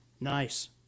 nice